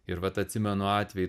ir vat atsimenu atvejį